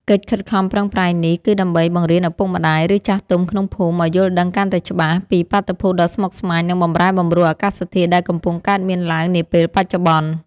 កិច្ចខិតខំប្រឹងប្រែងនេះ គឺដើម្បីបង្រៀនឪពុកម្ដាយ ឬចាស់ទុំក្នុងភូមិឱ្យយល់ដឹងកាន់តែច្បាស់ ពីបាតុភូតដ៏ស្មុគស្មាញនៃបម្រែបម្រួលអាកាសធាតុ ដែលកំពុងកើតមានឡើងនាពេលបច្ចុប្បន្ន។